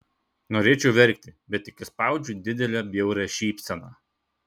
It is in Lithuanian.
norėčiau verkti bet tik išspaudžiu didelę bjaurią šypseną